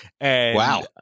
Wow